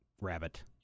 rabbit